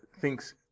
thinks